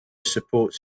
supports